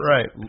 Right